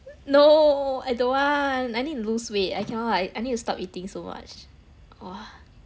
no I don't want I need to lose weight I cannot I need to stop eating so much !whoa!